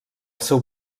seu